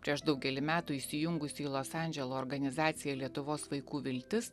prieš daugelį metų įsijungusi į los andželo organizaciją lietuvos vaikų viltis